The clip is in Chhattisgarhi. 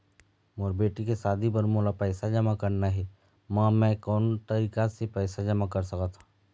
मोर बेटी के शादी बर मोला पैसा जमा करना हे, म मैं कोन तरीका से पैसा जमा कर सकत ह?